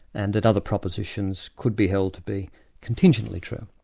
and that other propositions could be held to be contingently true.